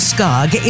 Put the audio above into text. Skog